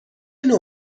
نوع